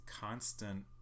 constant